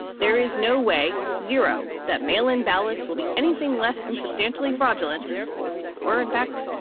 there is no way zero that mail in ballots will be anything less than substantially fraudulent or, in fact,